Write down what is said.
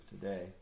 today